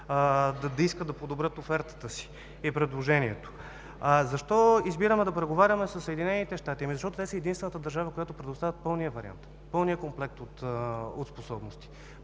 да искат да подобрят офертата си и предложението. Защо избираме да преговаряме със Съединените щати? Защото те са единствената държава, която предоставя пълния вариант, пълния комплект от способности,